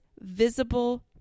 visible